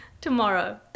tomorrow